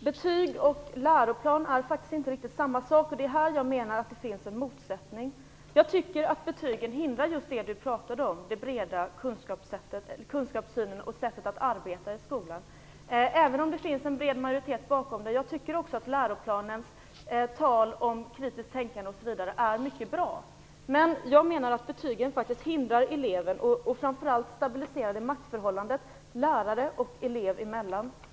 Betyg och läroplan är faktiskt inte riktigt samma sak. Det är här jag menar att det finns en motsättning. Jag tycker att betygen hindrar just det Beatrice Ask pratade om, dvs. den breda kunskapssynen och det sättet att arbeta i skolan, även om det finns en bred majoritet bakom dem. Jag tycker också att läroplanens ord om kritiskt tänkande osv. är mycket bra, men jag menar att betygen faktiskt hindrar elever och framför allt att de stabiliserar maktförhållandet lärare och elev emellan.